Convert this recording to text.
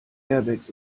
airbags